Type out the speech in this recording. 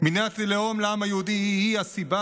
מדינת לאום לעם היהודי היא-היא הסיבה